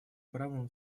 правом